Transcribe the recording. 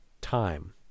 time